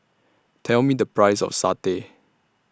Tell Me The Price of Satay